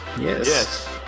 Yes